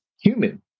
human